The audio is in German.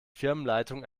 firmenleitung